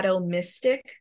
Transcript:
Mystic